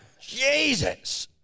Jesus